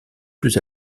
plus